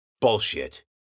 Bullshit